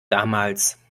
damals